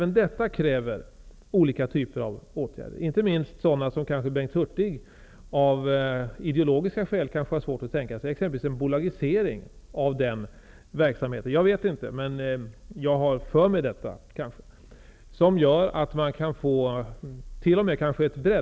Men även detta kräver olika typer av åtgärder, inte minst sådana som Bengt Hurtig kanske av ideologiska skäl har svårt att tänka sig -- jag vet inte riktigt, men jag har för mig att det är så. Det kan exempelvis vara en bolagisering av verksamheten, som gör att man kanske t.o.m. får ett breddat ägande.